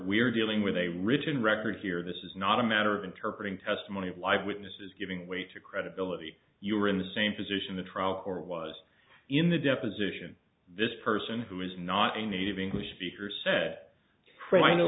we're dealing with a written record here this is not a matter of interpreting testimony of live witnesses giving way to credibility you're in the same position the trial court was in the deposition this person who is not a native english speaker said chris i know